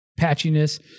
patchiness